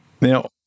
Now